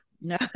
No